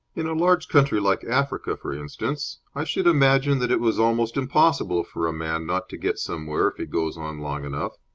in a large country like africa, for instance, i should imagine that it was almost impossible for a man not to get somewhere if he goes on long enough.